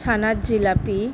ছানার জিলিপি